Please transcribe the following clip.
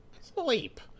Sleep